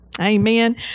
Amen